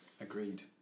agreed